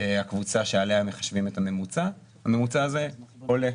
הקבוצה שעליה מחשבים את הממוצע אז הממוצע עולה.